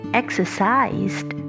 exercised